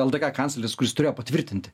ldk kancleris kuris turėjo patvirtinti